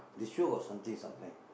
they sure got something sometimes